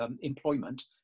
employment